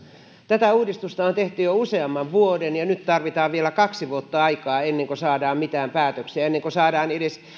tätä uudistusta on tehty jo useamman vuoden ja nyt tarvitaan vielä kaksi vuotta aikaa ennen kuin saadaan mitään päätöksiä ennen kuin saadaan edes